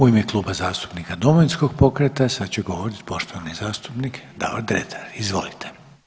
U ime Kluba zastupnika Domovinskog pokreta sad će govorit poštovani zastupnik Davor Dretar, izvolite.